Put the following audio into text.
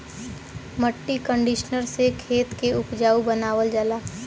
मट्टी कंडीशनर से खेत के उपजाऊ बनावल जाला